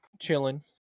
chilling